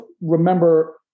remember